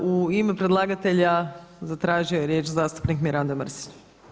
U ime predlagatelja zatražio je riječ zastupnik Mirando Mrsić.